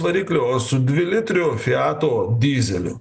varikliu o su dvilitriu fiato dyzeliu